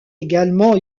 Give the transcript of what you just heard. également